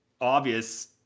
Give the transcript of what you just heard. obvious